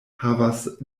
havas